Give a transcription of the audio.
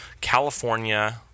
California